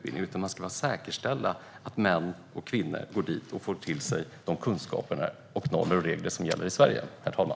Man ska säkerställa att män och kvinnor går dit och får ta till sig de kunskaper, normer och regler som gäller i Sverige, herr talman.